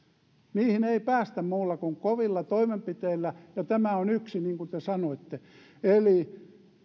niihin ei päästä muilla kuin kovilla toimenpiteillä ja tämä on niistä yksi niin kuin te sanoitte eli